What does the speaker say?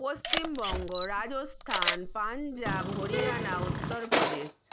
Paschimbanga Rajasthan Punjab Haryana Uttar Pradesh